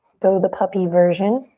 go the puppy version.